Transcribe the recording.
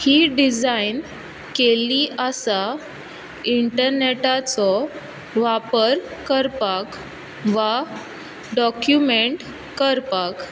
ही design केल्ली आसा इंटरनेटाचो वापर करपाक वा डोक्यूमेंट करपाक